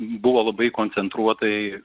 buvo labai koncentruotai